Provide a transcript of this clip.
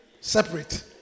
Separate